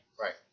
right